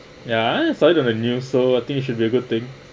ya I saw it on the new so I think it should be a good thing